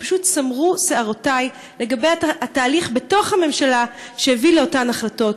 ופשוט סמרו שערותי לגבי התהליך בתוך הממשלה שהביא לאותן החלטות.